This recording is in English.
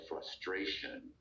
frustration